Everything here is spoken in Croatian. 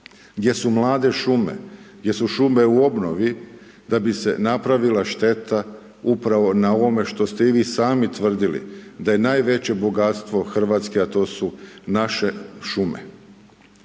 gdje su mlade šume, gdje su šume u obnovi, da bi se napravila šteta upravo na ovome što ste i vi sami tvrdili, da je najveće bogatstvo Hrvatske, a to su naše šume.